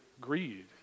greed